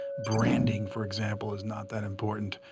branding for example, is not that important.